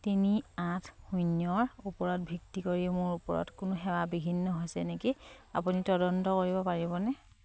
তিনি আঠ শূন্যৰ ওপৰত ভিত্তি কৰি মোৰ ওচৰত কোনো সেৱা বিঘ্নিত হৈছে নেকি আপুনি তদন্ত কৰিব পাৰিবনে